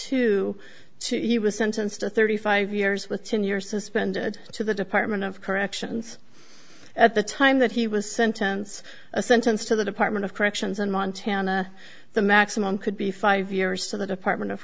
two to he was sentenced to thirty five years with ten years suspended to the department of corrections at the time that he was sentence a sentence to the department of corrections in montana the maximum could be five years to the department of